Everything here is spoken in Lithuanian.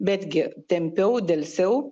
betgi tempiau delsiau